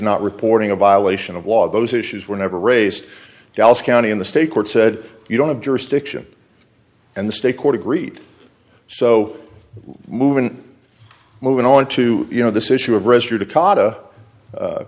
not reporting a violation of law those issues were never raised dallas county in the state court said you don't have jurisdiction and the state court agreed so movement moving on to you know this issue of r